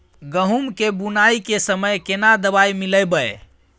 गहूम के बुनाई के समय केना दवाई मिलैबे?